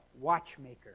watchmaker